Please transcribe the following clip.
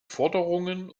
forderungen